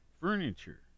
furniture